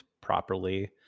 properly